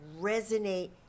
resonate